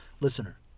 listener